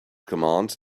command